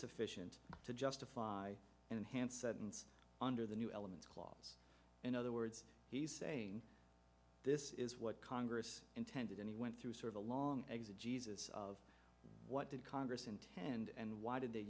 sufficient to justify an enhanced suddens under the new elements clause in other words he's saying this is what congress intended and he went through sort of a long exit jesus of what did congress intend and why did they